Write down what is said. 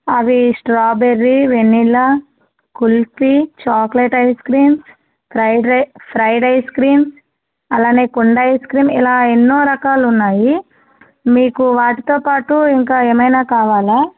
అవి strawberry vanilla kulfi chocolate ice cream fried రై fried ice cream అలానే కుండ ఐస్క్రీమ్ ఇలా ఎన్నో రకాలున్నాయి మీకు వాటితో పాటు ఇంకా ఏమైనా కావాలా